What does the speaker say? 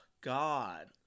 God